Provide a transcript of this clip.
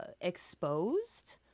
exposed